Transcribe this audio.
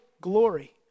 glory